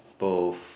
both